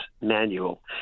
Manual